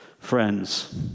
Friends